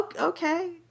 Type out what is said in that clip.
okay